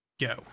go